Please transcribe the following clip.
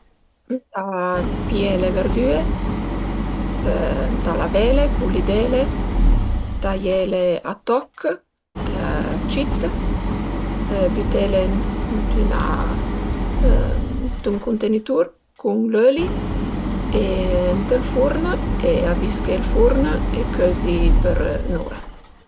Ëntà pìé le verdüre, ëntà lavele, pulidele, taiele a toch cit, bütele ënt ün cuntenitur cun l'öli e ënt ël furn e avisché ël furn e cözi për ün'ura